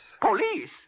Police